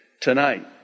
tonight